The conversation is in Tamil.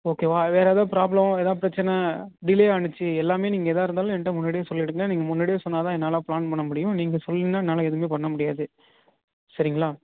ஓகேவா வேறு ஏதா ப்ராப்லம் ஏதாவது பிரச்சனை டிலே ஆச்சு எல்லாமே நீங்கள் ஏதா இருந்தாலும் என்கிட்ட முன்னாடியே சொல்லிவிடுங்க நீங்கள் முன்னாடியே சொன்னால் தான் என்னால் பிளான் பண்ண முடியும் நீங்கள் சொல்லலினா என்னால் எதுவுமே பண்ண முடியாது சரிங்களா